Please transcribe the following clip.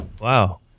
Wow